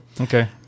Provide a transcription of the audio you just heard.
Okay